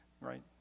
right